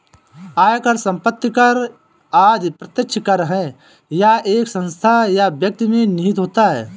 आयकर, संपत्ति कर आदि प्रत्यक्ष कर है यह एक संस्था या व्यक्ति में निहित होता है